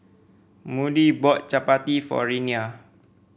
Moody bought chappati for Renea